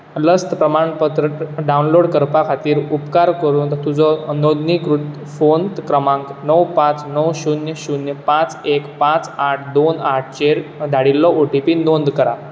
लस प्रमाणपत्र डावनलोड करपा खातीर उपकार करून तुजो नोंदणीकृत फोन क्रमांक णव पांच णव शून्य शून्य पांच एक पांच आठ दोन आठचेर धाडिल्लो ओटीपी नोंद करा